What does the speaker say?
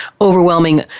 overwhelming